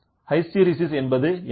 hysteresis என்பது என்ன